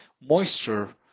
moisture